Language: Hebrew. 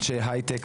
אנשי הייטק,